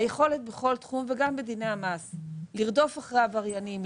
היכולת בכל תחום וגם בדיני המס לרדוף אחרי עבריינים,